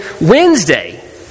Wednesday